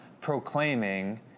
proclaiming